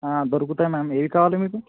దొరుకుతాయి మ్యామ్ ఏవి కావాలి మీకు